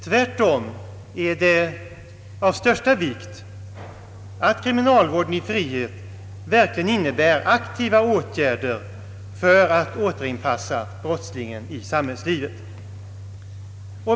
Tvärtom är det av största vikt att kriminalvården i frihet verkligen innebär aktiva åtgärder för att återinpassa brottslingen i samhällslivet.